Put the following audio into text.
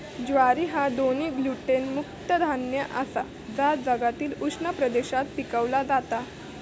ज्वारी ह्या दोन्ही ग्लुटेन मुक्त धान्य आसा जा जगातील उष्ण प्रदेशात पिकवला जाता